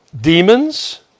Demons